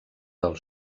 del